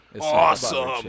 awesome